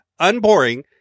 Unboring